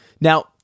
Now